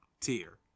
tier